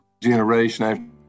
Generation